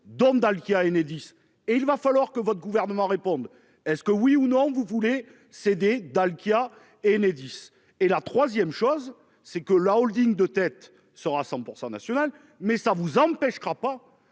d'Dalkia Enedis et il va falloir que votre gouvernement répondent. Est-ce que oui ou non vous voulez céder Dalkia Enedis et la 3ème chose c'est que la Holding de tête sera 100% nationale, mais ça vous empêchera pas